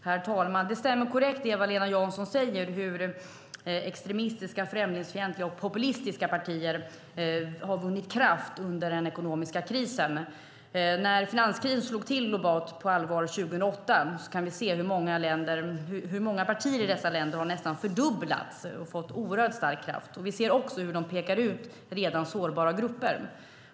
Herr talman! Det som Eva-Lena Jansson säger är korrekt när det gäller hur extremistiska, främlingsfientliga och populistiska partier har vunnit kraft under den ekonomiska krisen. Finanskrisen slog till på allvar 2008. Vi kan se hur många partier i dessa länder nästan har fördubblats och fått oerhört stark kraft. Vi ser också hur de pekar ut redan sårbara grupper.